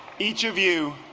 each of you